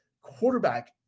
Quarterback